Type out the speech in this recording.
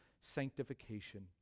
sanctification